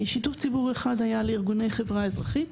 שיתוף ציבור אחד היה לארגוני חברה אזרחית,